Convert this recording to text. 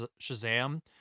Shazam